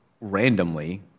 randomly